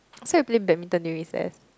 I feel like I play Badminton during recess